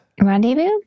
Rendezvous